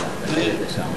גברתי היושבת-ראש,